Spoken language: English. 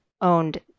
owned